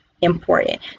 important